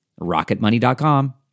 Rocketmoney.com